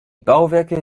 bauwerke